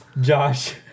Josh